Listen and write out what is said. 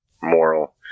moral